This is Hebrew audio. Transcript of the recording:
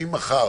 אם מחר